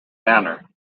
banner